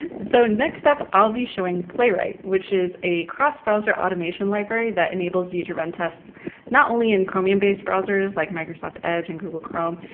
and so next up i'll be showing playwright which is a cross-browser automation library that enables you to run tests not only in chromium based browsers like microsoft edge and google chrome,